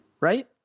right